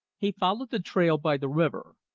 he followed the trail by the river.